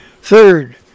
Third